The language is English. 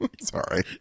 Sorry